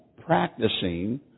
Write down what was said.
practicing